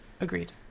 Agreed